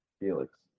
Felix